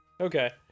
Okay